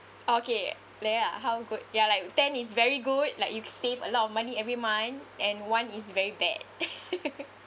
okay they are how good ya like ten is very good like you save a lot of money every month and one is very bad